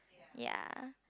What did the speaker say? ya